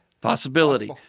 Possibility